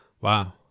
wow